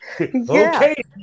Okay